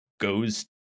goes